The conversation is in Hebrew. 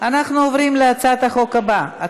אנחנו עוברים להצעת החוק הבאה,